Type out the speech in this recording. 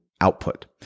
output